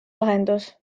lahendus